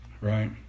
right